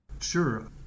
Sure